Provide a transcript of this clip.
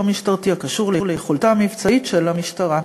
משטרתי שקשור ליכולתה המבצעית של המשטרה.